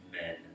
men